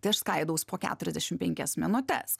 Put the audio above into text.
tai aš skaidaus po keturiasdešim penkias minutes